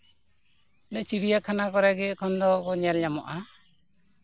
ᱚᱱᱮ ᱪᱤᱲᱤᱭᱟᱠᱷᱟᱱᱟ ᱠᱚᱨᱮ ᱜᱮ ᱮᱠᱷᱚᱱ ᱫᱚᱠᱚ ᱧᱮᱞᱼᱧᱟᱢᱚᱜᱼᱟ